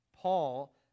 Paul